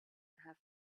have